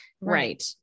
Right